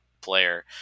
player